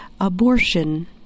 abortion